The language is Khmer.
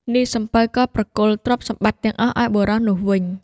នាយសំពៅក៏ប្រគល់ទ្រព្យសម្បត្តិទាំងអស់ឱ្យបុរសនោះវិញ។